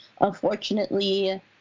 unfortunately